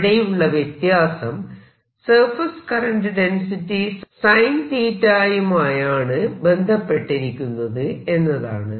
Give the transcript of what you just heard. ഇവിടെയുള്ള വ്യത്യാസം surface current density sin 𝛉 യുമായാണ് ബന്ധപ്പെട്ടിരിക്കുന്നത് എന്നതാണ്